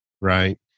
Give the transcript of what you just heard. right